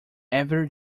ever